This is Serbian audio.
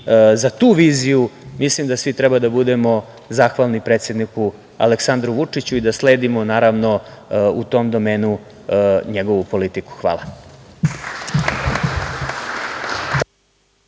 za tu viziju mislim da svi treba da budemo zahvalni predsedniku Aleksandru Vučiću i da sledimo u tom domenu njegovu politiku. Hvala.